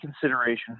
consideration